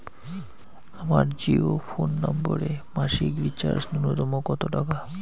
আমার জিও ফোন নম্বরে মাসিক রিচার্জ নূন্যতম কত টাকা?